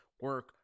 Work